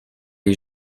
est